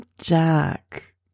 Jack